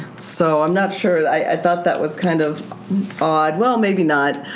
so, i'm not sure. i thought that was kind of odd, well maybe not.